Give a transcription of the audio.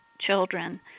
children